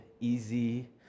easy